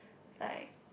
like